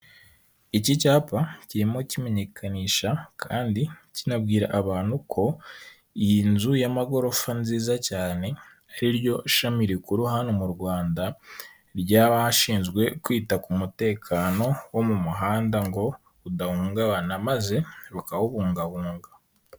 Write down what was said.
Iki cyapa kirimo kimenyekanisha kandi kinabwira abantu ko iyi nzu y'amagorofa nziza cyane ari ryo shami rikuru hano mu Rwanda ry'abashinzwe kwita ku mutekano wo mu muhanda ngo udahungabana, maze rukawubungabunga.